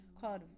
called